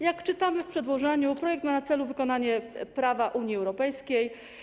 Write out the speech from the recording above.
Jak czytamy w przedłożeniu, projekt ma na celu wykonanie prawa Unii Europejskiej.